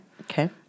Okay